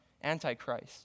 anti-Christ